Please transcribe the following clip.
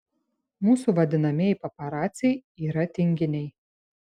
mūsų vadinamieji paparaciai yra tinginiai